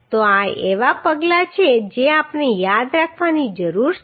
તો આ એવા પગલાં છે જે આપણે યાદ રાખવાની જરૂર છે